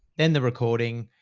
then the recording,